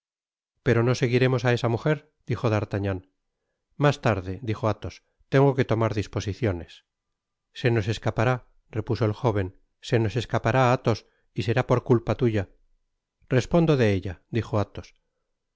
pero no seguimos a esa mujer dijo d'artagnan mas tarde dijo athos tengo que tomar disposiciones se nos escapará repuso el joven se nos escapará alhos y será por culpa tuya respondo de ella dijo athos tal